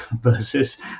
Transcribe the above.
versus